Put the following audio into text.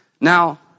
Now